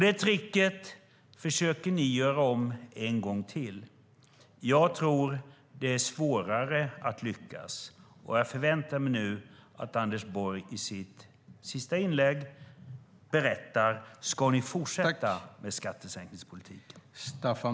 Det tricket försöker ni göra om en gång till. Jag tror att det är svårare att lyckas. Och jag förväntar mig nu att Anders Borg i sista inlägget berättar om ni ska fortsätta med skattesänkningspolitiken.